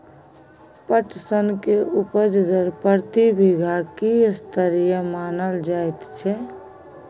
पटसन के उपज दर प्रति बीघा की स्तरीय मानल जायत छै?